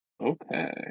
Okay